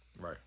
right